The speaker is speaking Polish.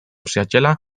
przyjaciela